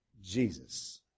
Jesus